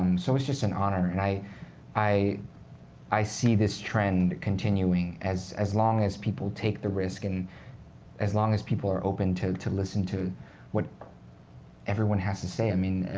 um so it's just an honor. and i i see this trend continuing as as long as people take the risk, and as long as people are open to to listen to what everyone has to say. i mean,